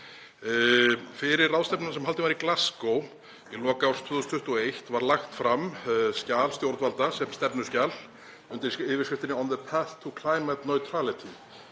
Fyrir ráðstefnuna sem haldin var í Glasgow í lok árs 2021 var lagt fram skjal stjórnvalda sem stefnuskjal undir yfirskriftinni On the Path to Climate Neutrality.